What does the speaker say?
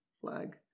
Flag